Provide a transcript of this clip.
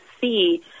see